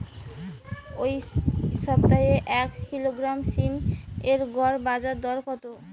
এই সপ্তাহে এক কিলোগ্রাম সীম এর গড় বাজার দর কত?